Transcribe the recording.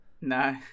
No